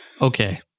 Okay